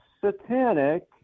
satanic